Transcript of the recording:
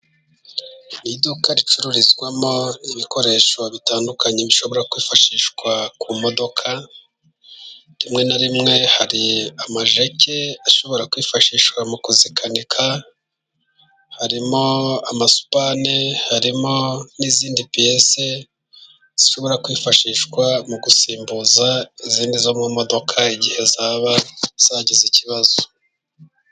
Iduka ricururizwamo ibikoresho bitandukanye bishobora kwifashishwa ku modoka, rimwe na rimwe hari amajeke ashobora kwifashishwa mu kuzikanika. Harimo amasupane, harimo n’izindi piyese zishobora kwifashishwa gusimbuza izindi zo mu modoka igihe zaba zagize ikibazo.